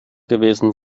gewesen